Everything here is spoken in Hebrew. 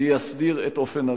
שיסדיר את אופן עריכתו.